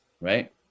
right